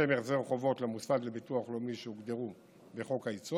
לשם החזר חובות למוסד לביטוח לאומי שהוגדרו בחוק-היסוד,